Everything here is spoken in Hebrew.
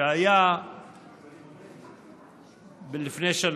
שהיה לפני שנה.